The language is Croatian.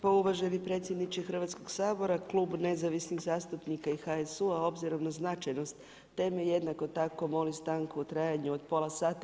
Pa uvaženi predsjedniče Hrvatskog sabora, Klub nezavisnih zastupnika i HSU-a obzirom na značajnost teme jednako tako molim stanku od trajanju od pola sata.